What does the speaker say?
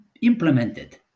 implemented